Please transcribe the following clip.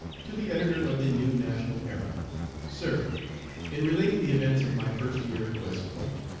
to the editor of the new national era sir in relating the events of my first year at west point,